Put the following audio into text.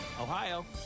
Ohio